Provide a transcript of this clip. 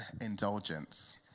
indulgence